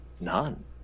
none